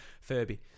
Furby